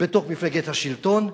בתוך מפלגת השלטון,